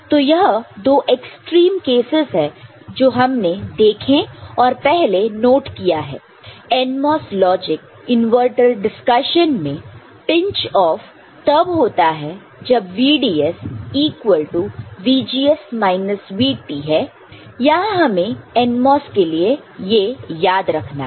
तो यह दो एक्सट्रीम केसेस है जो हमने देखें और पहले नोट किया है NMOS लॉजिक इनवर्टर डिस्कशन में पिंच ऑफ तब होता है जब VDS equal to VGS minus VT है यहां हमें NMOS के लिए याद है